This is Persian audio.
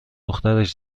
دخترش